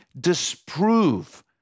disprove